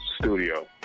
studio